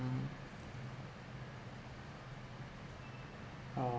oh